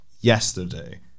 yesterday